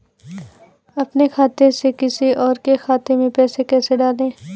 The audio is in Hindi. अपने खाते से किसी और के खाते में पैसे कैसे डालें?